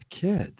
kids